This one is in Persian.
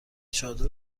چادر